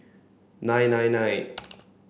nine nine nine